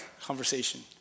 conversation